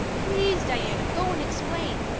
please, diana, go and explain.